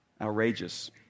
Outrageous